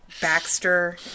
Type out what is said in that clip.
Baxter